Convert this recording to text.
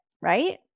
right